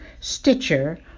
Stitcher